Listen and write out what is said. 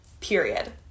period